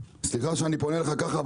סליחה שאני פונה אליך ככה,